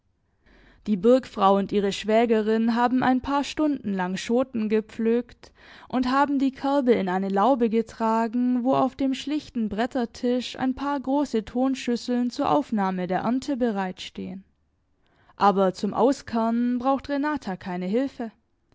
die burgfrau und ihre schwägerin haben ein paar stunden lang schoten gepflückt und haben die körbe in eine laube getragen wo auf dem schlichten brettertisch ein paar große tonschüsseln zur aufnahme der ernte bereit stehen aber zum auskernen braucht renata keine hilfe